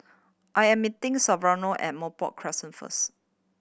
I am meeting Severo at Merbok Crescent first